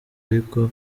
ariko